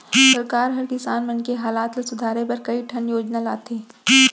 सरकार हर किसान मन के हालत ल सुधारे बर कई ठन योजना लाथे